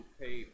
pay